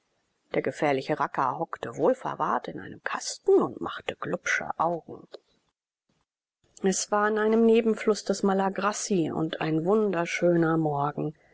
der gefährliche racker hockte wohlverwahrt in einem kasten und machte glubsche augen es war an einem nebenfluß des malagarassi und ein wunderschöner morgen